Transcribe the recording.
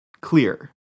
clear